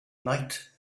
night